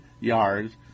yards